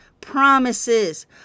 promises